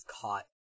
caught